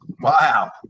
Wow